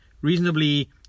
reasonably